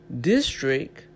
district